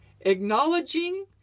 acknowledging